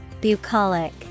Bucolic